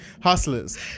Hustlers